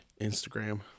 Instagram